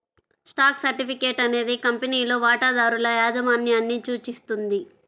stock certificate అనేది కంపెనీలో వాటాదారుల యాజమాన్యాన్ని సూచిస్తుంది